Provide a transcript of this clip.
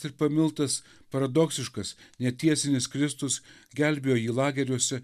ir pamiltas paradoksiškas netiesinis kristus gelbėjo jį lageriuose